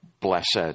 blessed